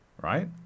right